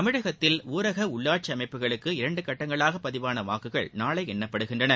தமிழகத்தில் ஊரக உள்ளாட்சி அமைப்புகளுக்கு இரண்டு கட்டங்களாக பதிவான வாக்குகள் நாளை எண்ணப்படுகின்றன